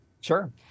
Sure